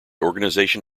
organization